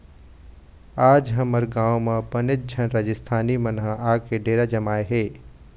आज हमर गाँव म बनेच झन राजिस्थानी मन ह आके डेरा जमाए हे